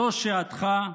זו שעתך,